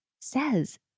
says